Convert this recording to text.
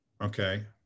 okay